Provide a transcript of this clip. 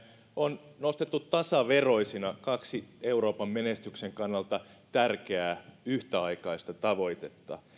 on nostettu tasaveroisina kaksi euroopan menestyksen kannalta tärkeää yhtäaikaista tavoitetta